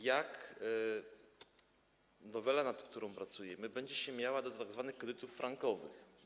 Jak nowela, nad którą pracujemy, będzie się miała do tzw. kredytów frankowych?